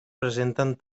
presenten